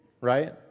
right